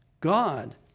God